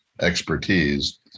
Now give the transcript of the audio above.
expertise